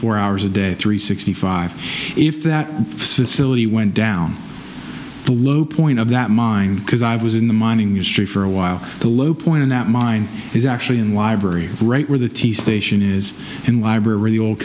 four hours a day three sixty five if that facility went down the low point of that mine because i was in the mining industry for a while the low point in that mine is actually in library right where the t v station is and library all